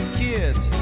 kids